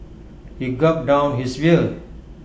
he gulped down his beer